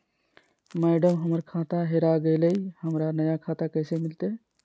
madam, हमर खाता हेरा गेलई, हमरा नया खाता कैसे मिलते